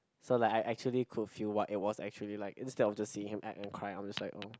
so like I actually could feel what it was actually like instead of just seeing him act and cry I'm just like oh